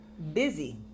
Busy